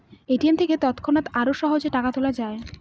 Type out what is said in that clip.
ATM থেকে তৎক্ষণাৎ আর সহজে টাকা তোলা যায়